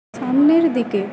সামনের দিকে